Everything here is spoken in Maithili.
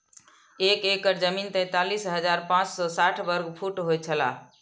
एक एकड़ जमीन तैंतालीस हजार पांच सौ साठ वर्ग फुट होय छला